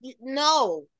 no